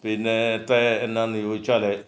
പിന്നത്തെ എന്താണെന്ന് ചോദിച്ചാൽ